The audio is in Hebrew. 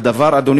אדוני